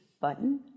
button